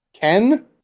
Ken